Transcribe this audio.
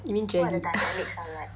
you mean jenny